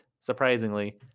surprisingly